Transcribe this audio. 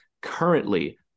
currently